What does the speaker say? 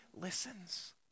listens